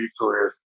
career